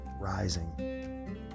rising